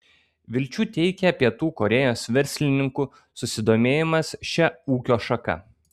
vilčių teikia pietų korėjos verslininkų susidomėjimas šia ūkio šaka